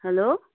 hello